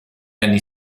anni